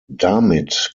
damit